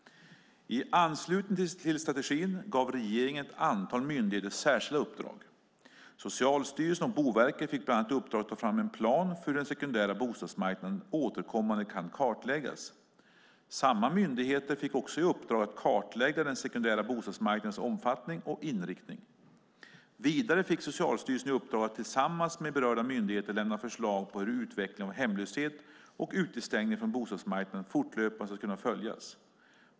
I anslutning till strategin gav regeringen ett antal myndigheter särskilda uppdrag. Socialstyrelsen och Boverket fick bland annat i uppdrag att ta fram en plan för hur den sekundära bostadsmarknaden återkommande kan kartläggas. Samma myndigheter fick också i uppdrag att kartlägga den sekundära bostadsmarknadens omfattning och inriktning. Vidare fick Socialstyrelsen i uppdrag att tillsammans med berörda myndigheter lämna förslag på hur utvecklingen av hemlöshet och utestängning från bostadsmarknaden fortlöpande ska kunna följas.